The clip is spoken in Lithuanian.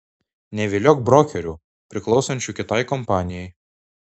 neviliok brokerių priklausančių kitai kompanijai